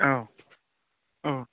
औ औ